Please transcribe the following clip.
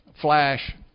flash